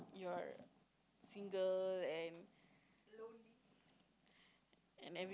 your finger and and every